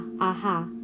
aha